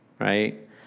right